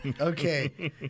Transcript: Okay